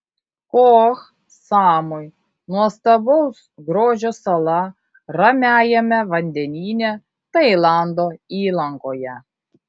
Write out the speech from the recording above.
koh samui nuostabaus grožio sala ramiajame vandenyne tailando įlankoje